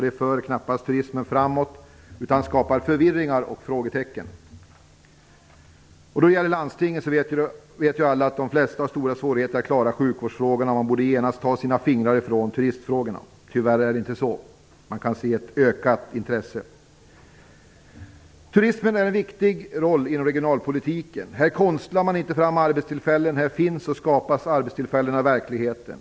Det för knappast turismen framåt, utan skapar förvirring och frågetecken. Alla vet ju också att de flesta landsting har stora svårigheter att klara av sjukvårdsfrågorna och genast borde ta sina fingrar från turistfrågorna. Tyvärr gör de inte det, utan man kan se ett ökat intresse. Turismen har en viktig roll inom regionalpolitiken. Här konstlar man inte fram arbetstillfällen; här finns och skapas arbetstillfällena i verkligheten.